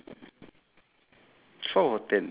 so I circle this guy oh K that that that